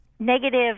Negative